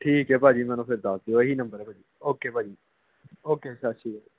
ਠੀਕ ਹੈ ਭਾਅ ਜੀ ਮੈਨੂੰ ਫਿਰ ਦੱਸ ਦਿਓ ਇਹੀ ਨੰਬਰ ਹੈ ਭਾਅ ਜੀ ਓਕੇ ਭਾਅ ਜੀ ਓਕੇ ਸਤਿ ਸ਼੍ਰੀ